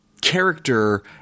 character